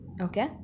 Okay